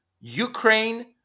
Ukraine